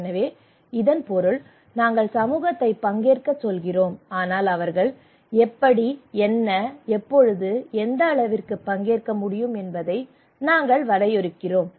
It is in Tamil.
எனவே இதன் பொருள் நாங்கள் சமூகத்தை பங்கேற்கச் சொல்கிறோம் ஆனால் அவர்கள் எப்படி என்ன எப்போது எந்த அளவிற்கு பங்கேற்க முடியும் என்பதை நாங்கள் வரையறுக்கிறோம்